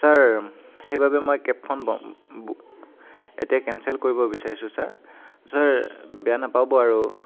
sir সেইবাবে মই কেবখন এতিয়া কেঞ্চেল কৰিব বিচাৰোঁ ছাৰ ছাৰ বেয়া নাপাব আৰু